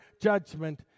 judgment